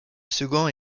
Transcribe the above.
second